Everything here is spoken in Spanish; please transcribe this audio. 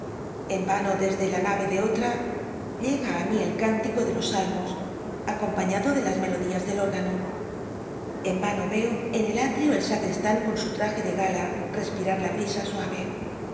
en rano desde la nme de otra llega mi el cántico de los salmos acompañado de las melodías del óq ano en rano eo en el allio el sacistan con su traje de gala l'espil ll la brisa suave ese